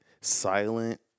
silent